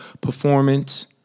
performance